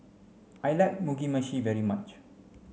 I like Mugi meshi very much